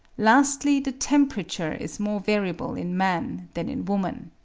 lastly the temperature is more variable in man than in woman.